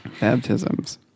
baptisms